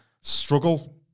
struggle